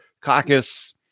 caucus